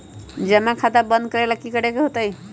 जमा खाता बंद करे ला की करे के होएत?